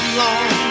long